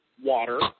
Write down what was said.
water